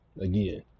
Again